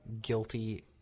guilty